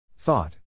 Thought